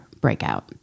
breakout